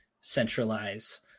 centralize